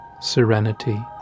serenity